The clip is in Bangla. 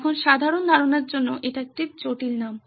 এখন সাধারণ ধারণার জন্য এটি একটি জটিল নাম